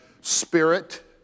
spirit